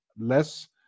less